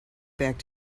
back